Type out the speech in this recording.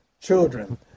children